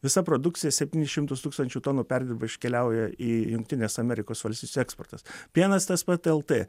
visa produkcija septynis šimtus tūkstančių tonų perdirba iškeliauja į jungtines amerikos valstijose eksportas pienas tas pat el t